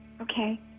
okay